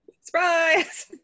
Surprise